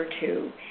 two